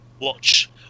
watch